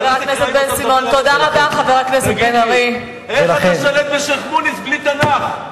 תגיד לי, איך אתה שולט בשיח'-מוניס בלי תנ"ך?